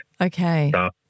Okay